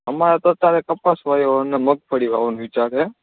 અમારે તો અત્યારે કપાસ વાવ્યો અને મગફળી વાવવાનો વિચાર છે